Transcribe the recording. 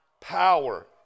Power